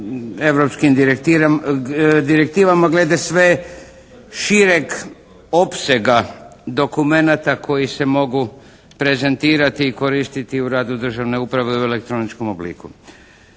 europskim direktivama glede sve šireg opsega dokumenata koji se mogu prezentirati i koristiti u radu državne uprave u elektroničkom obliku.